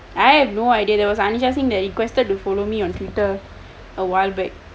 I have no idea there was anisha singh that requested to follow me on Twitter a while back